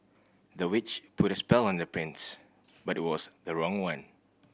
the witch put a spell on the prince but it was the wrong one